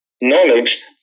knowledge